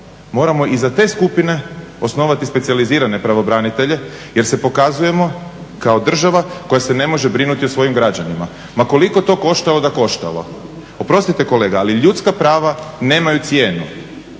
moramo i za te skupine osnovati specijalizirane pravobranitelje jer se pokazujemo kao država koja se ne može brinuti o svojim građanima, ma koliko to koštalo da koštalo. Oprostite kolega, ali ljudska prava nemaju cijenu